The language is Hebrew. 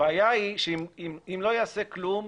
הבעיה היא שאם לא ייעשה כלום